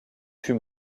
put